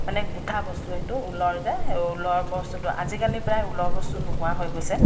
মানে গোঁঠা বস্তু সেইটো ঊলৰ যায় ঊলৰ বস্তুটো আজিকালি প্ৰায় ঊলৰ বস্তু নোহোৱা হৈ গৈছে